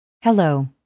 Hello